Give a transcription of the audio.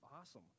awesome